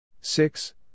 six